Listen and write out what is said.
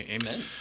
amen